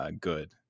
good